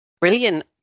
Brilliant